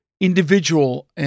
individual